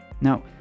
now